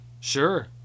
Sure